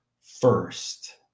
first